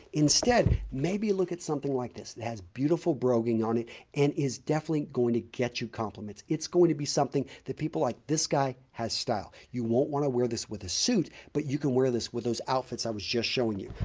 instead, maybe you look at something like this that has beautiful broguing on it and is definitely going to get you compliments. it's going to be something that people like this guy has style. you don't want to wear this with a suit, but you can wear this with those outfits i was just showing you.